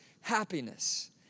happiness